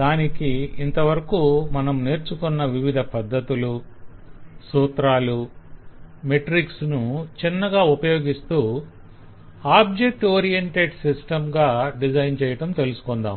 దానికి ఇంతవరకూ మనం నేర్చుకున్న వివిధ పద్దతులు సూత్రాలు మెట్రిక్స్ ను చిన్నగా ఉపయోగిస్తూ ఆబ్జెక్ట్ ఓరియెంటెడ్ సిస్టం గా డిజైన్ చేయటం తెలుసుకుందాం